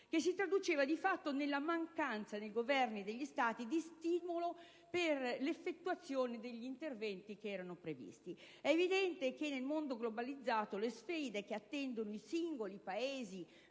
che si traduceva di fatto nella mancanza nei Governi degli Stati di stimoli all'effettuazione degli interventi previsti. È evidente che nel mondo globalizzato, le sfide che attendono i singoli Paesi